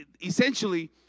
Essentially